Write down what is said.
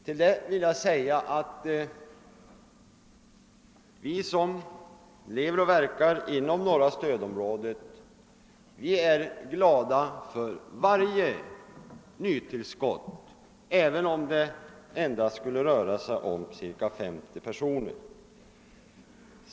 Till det vill jag säga att vi som lever och verkar inom norra stödområdet är glada för varje nytillskott, även om det endast skulle röra sig om sysselsättning för 50 personer.